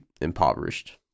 impoverished